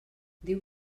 diu